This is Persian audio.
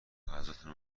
غذاتون